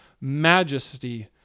majesty